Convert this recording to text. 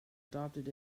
adopted